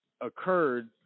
occurred